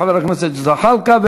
חבר הכנסת זחאלקה,